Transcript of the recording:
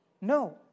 No